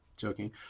joking